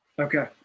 okay